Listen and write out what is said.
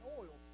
oil